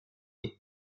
hip